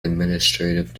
administrative